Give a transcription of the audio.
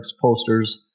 posters